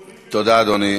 תודה, אדוני.